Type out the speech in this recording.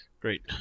Great